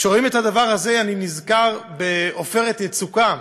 כשרואים את הדבר הזה, אני נזכר בעופרת יצוקה,